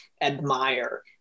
admire